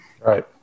Right